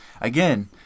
Again